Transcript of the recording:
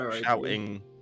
shouting